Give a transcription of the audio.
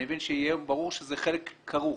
אני מבין שיהיה ברור שזה חלק כרוך.